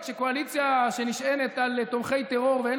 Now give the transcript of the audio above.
כשקואליציה שנשענת על תומכי טרור ואין